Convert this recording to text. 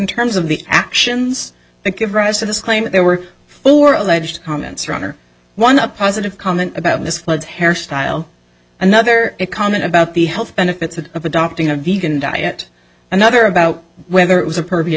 terms of the actions that give rise to this claim there were four alleged comments from her one up positive comment about this flood hairstyle another comment about the health benefits of adopting a vegan diet another about whether it was appropriate